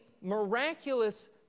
...miraculous